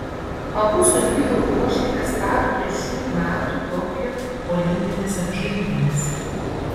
abu su vyru ruošėtės startui šių metų tokijo olimpinėse žaidynėse